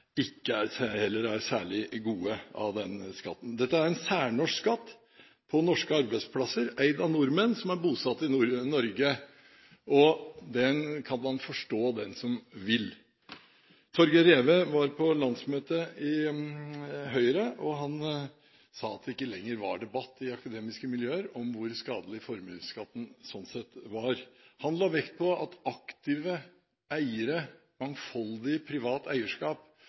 ikke er særlig gode. Dette er en særnorsk skatt på norske arbeidsplasser, eid av nordmenn som er bosatt i Norge. Man kan forstå den, den som vil. Torger Reve var på landsmøtet i Høyre. Han sa at det ikke lenger var debatt i akademiske miljøer om hvor skadelig formuesskatten sånn sett var. Han la vekt på at aktive eiere, mangfoldig privat eierskap,